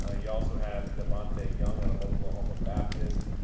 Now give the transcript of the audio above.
ah you also have devontrae young out of oklahoma baptist,